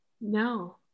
No